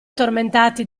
tormentati